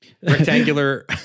rectangular